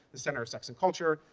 the center of sex and culture.